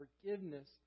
forgiveness